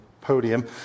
podium